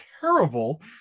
terrible